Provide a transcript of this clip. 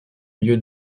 lieu